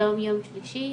היום יום שלישי,